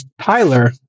Tyler